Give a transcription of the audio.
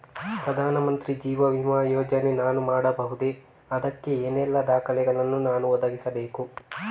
ಪ್ರಧಾನ ಮಂತ್ರಿ ಜೀವ ವಿಮೆ ಯೋಜನೆ ನಾನು ಮಾಡಬಹುದೇ, ಅದಕ್ಕೆ ಏನೆಲ್ಲ ದಾಖಲೆ ಯನ್ನು ನಾನು ಒದಗಿಸಬೇಕು?